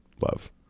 love